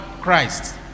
christ